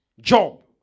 Job